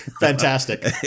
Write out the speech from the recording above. Fantastic